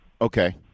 Okay